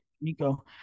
Nico